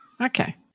Okay